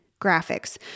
graphics